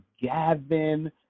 Gavin